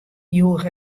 joech